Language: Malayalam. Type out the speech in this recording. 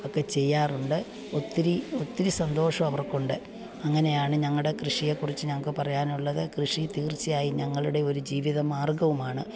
ഒക്കെ ചെയ്യാറുണ്ട് ഒത്തിരി ഒത്തിരി സന്തോഷം അവർക്കുണ്ട് അങ്ങനെയാണ് ഞങ്ങളുടെ കൃഷിയെക്കുറിച്ച് ഞങ്ങൾക്ക് പറയാനുള്ളത് കൃഷി തീർച്ചയായും ഞങ്ങളുടെ ജീവിത മാർഗവുമാണ്